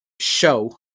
show